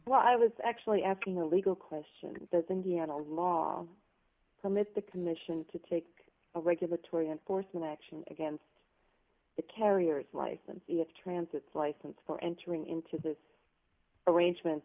well i was actually asking a legal question does indiana law permit the commission to take a regulatory enforcement action against the carrier's license transit's license for entering into this arrangement